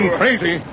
crazy